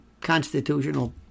constitutional